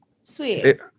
Sweet